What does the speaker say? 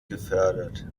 gefördert